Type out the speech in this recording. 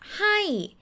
Hi